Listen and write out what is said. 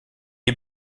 est